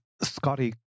Scotty